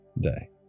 day